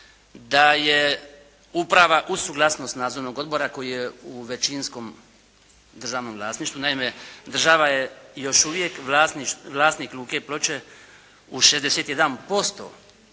da je uprava uz suglasnost nadzornog odbora koji je u većinskom državnom vlasništvu. Naime, država je još uvijek vlasnik Luke Ploče u 61%